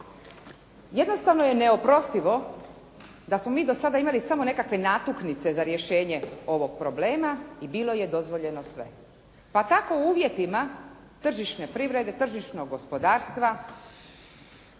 Jednostavno je neoprostivo da smo mi do sada imali samo nekakve natuknice za rješenje ovog problema i bilo je dozvoljeno sve, pa tako u uvjetima tržišne privrede, tržišnog gospodarstva